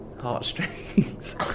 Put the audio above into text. Heartstrings